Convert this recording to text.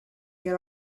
got